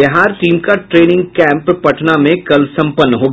Bihar team का training camp Patna में कल संपन्न हो गया